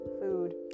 food